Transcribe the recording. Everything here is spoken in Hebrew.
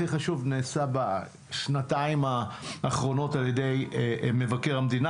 הכי חשוב שנעשה בשנתיים האחרונות על ידי מבקר המדינה,